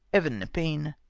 evan nepean.